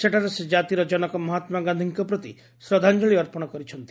ସେଠାରେ ସେ ଜାତିର ଜନକ ମହାତ୍ମାଗାନ୍ଧିଙ୍କ ପ୍ରତି ଶ୍ରଦ୍ଧାଞ୍ଜଳି ଅର୍ପଣ କରିଛନ୍ତି